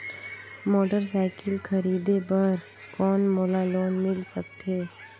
Motorcycle खरीदे बर कौन मोला लोन मिल सकथे?